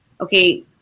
okay